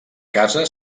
casa